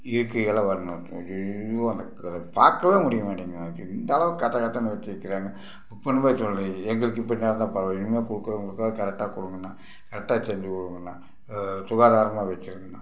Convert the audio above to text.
இயற்கையால் வரணும் ஐய்யய்யோ பார்க்கவே முடிய மாட்டிக்கிதுங்ணா இந்த அளவுக்கு கத்த கத்தனு வச்சிருக்கிறாங்க புக் பண்ணவே தோனலை எங்களுக்கு இப்படி நடந்தால் பரவால்லை இனிமேல் கொடுக்குறவங்களுக்கு கரெக்டாக கொடுங்கண்ணா கரெக்டா செஞ்சு கொடுங்கண்ணா சுகாதாரமாக வச்சுருங்கண்ணா